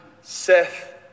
Seth